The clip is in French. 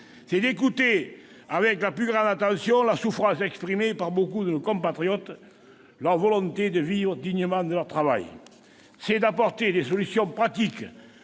C'est d'écouter avec la plus grande attention la souffrance exprimée par beaucoup de nos compatriotes, leur volonté de vivre dignement de leur travail. C'est d'apporter des solutions pratiques